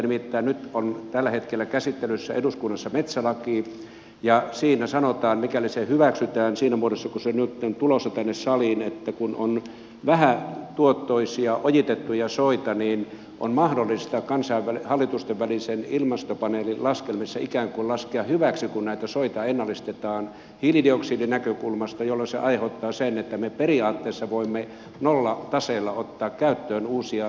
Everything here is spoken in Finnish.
nimittäin nyt on tällä hetkellä käsittelyssä eduskunnassa metsälaki ja siinä sanotaan mikäli se hyväksytään siinä muodossa kuin se nyt on tulossa tänne saliin että kun on vähätuottoisia ojitettuja soita niin on mahdollista hallitustenvälisen ilmastopaneelin laskelmissa ikään kuin laskea hyväksi se kun näitä soita ennallistetaan hiilidioksidinäkökulmasta jolloin se aiheuttaa sen että me periaatteessa voimme nollataseella ottaa käyttöön uusia turvesoita